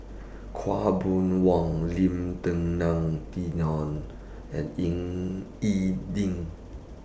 Khaw Boon Wan Lim Denan Denon and Ying E Ding